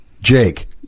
Jake